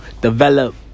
develop